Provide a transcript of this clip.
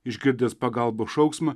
išgirdęs pagalbos šauksmą